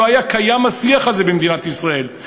לא היה קיים השיח הזה במדינת ישראל.